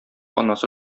анасы